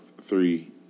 three